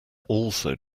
also